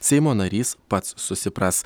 seimo narys pats susipras